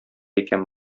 икән